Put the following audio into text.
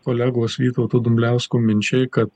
kolegos vytauto dumbliausko minčiai kad